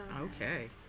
okay